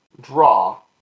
draw